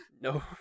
No